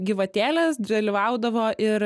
gyvatėlės dalyvaudavo ir